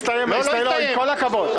הסתיים, עם כל הכבוד.